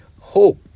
hope